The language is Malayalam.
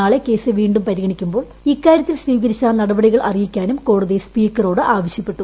നാളെ വീണ്ടും കേസ് പരിഗണിക്കുമ്പോൾ ഇക്കാര്യത്തിൽ സ്വീകരിച്ച നടപടികൾ അറിയിക്കാനും കോടതി സ്പീക്കറോട് ആവശ്യപ്പെട്ടു